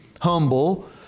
humble